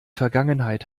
vergangenheit